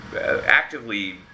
actively